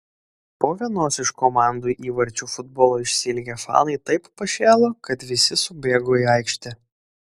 po vienos iš komandų įvarčių futbolo išsiilgę fanai taip pašėlo kad visi subėgo į aikštę